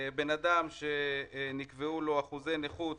בן אדם שנקבעו לו אחוזי נכות,